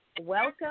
welcome